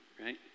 right